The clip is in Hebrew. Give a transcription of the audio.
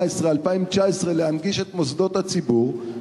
עד 2018 2019 להנגיש את מוסדות הציבור.